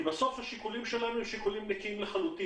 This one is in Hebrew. בסוף השיקולים שלנו הם שיקולים נקיים לחלוטין.